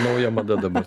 nauja mada dabar